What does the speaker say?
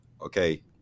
Okay